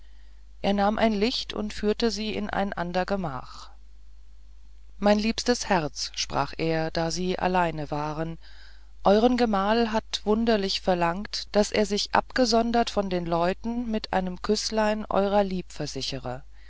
er nahm ein licht und führte sie in ein ander gemach mein liebstes herz sprach er da sie alleine waren euren gemahl hat wunderlich verlangt daß er sich abgesondert von den leuten mit einem küßlein eurer lieb versichere